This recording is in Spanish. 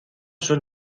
son